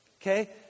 Okay